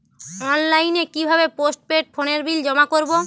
অনলাইনে কি ভাবে পোস্টপেড ফোনের বিল জমা করব?